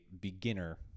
beginner